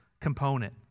component